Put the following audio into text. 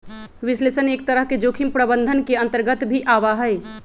विश्लेषण एक तरह से जोखिम प्रबंधन के अन्तर्गत भी आवा हई